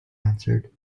answered